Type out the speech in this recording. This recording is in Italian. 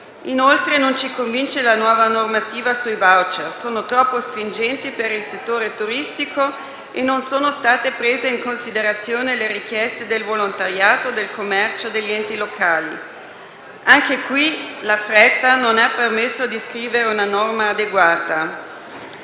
Inoltre, non ci convince la nuova normativa sui *voucher*, che è troppo stringente per il settore turistico e non sono state prese in considerazione le richieste del volontariato, del commercio, degli enti locali. Anche qui la fretta non ha permesso di scrivere una norma adeguata.